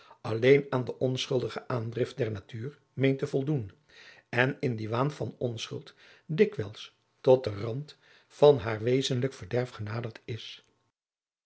alleen aan de onschuldige aandrift der natuur meent te voldoen en in dien waan van onschuld dikwijls tot den rand van haar wezenlijk verderf genaderd is